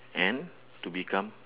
and to become